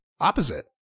opposite